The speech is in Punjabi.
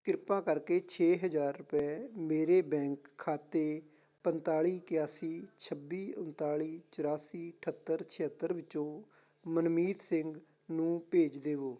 ਕਿਰਪਾ ਕਰਕੇ ਛੇ ਹਜ਼ਾਰ ਰੁਪਏ ਮੇਰੇ ਬੈਂਕ ਖਾਤੇ ਪੰਤਾਲੀ ਇਕਿਆਸੀ ਛੱਬੀ ਉਣਤਾਲੀ ਚੁਰਾਸੀ ਅਠੱਤਰ ਛਿਹੱਤਰ ਵਿੱਚੋਂ ਮਨਮੀਤ ਸਿੰਘ ਨੂੰ ਭੇਜ ਦੇਵੋ